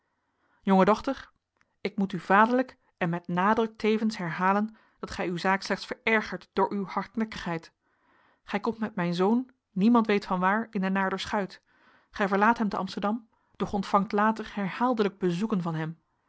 jonge dochter ik moet u vaderlijk en met nadruk tevens herhalen dat gij uw zaak slechts verergert door uw hardnekkigheid gij komt met mijn zoon niemand weet van waar in de naarderschuit gij verlaat hem te amsterdam doch ontvangt later herhaaldelijk bezoeken van hem